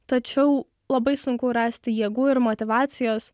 tačiau labai sunku rasti jėgų ir motyvacijos